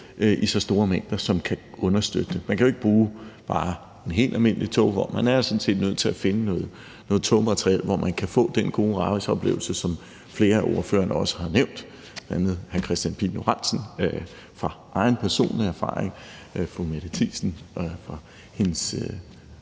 i så store mængder, som kan understøtte det. Man kan jo ikke bruge bare en helt almindelig togvogn; man er sådan set nødt til at finde noget togmateriel, hvor man kan få den gode rejseoplevelse, som flere af ordførerne også har nævnt, bl.a. hr. Kristian Pihl Lorentzen fra egen personlig erfaring, fru Mette Thiesen fra hendes